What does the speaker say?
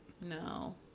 No